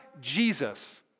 Jesus